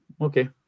okay